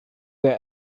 der